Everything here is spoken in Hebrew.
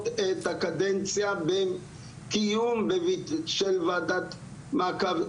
את הקדנציה בין קיום של וועדת מעקב,